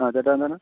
ആ ചേട്ടാ എന്താണ്